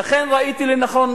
ולכן ראיתי לנכון,